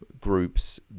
Groups